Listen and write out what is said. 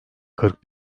kırk